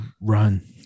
Run